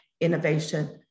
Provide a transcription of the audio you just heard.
innovation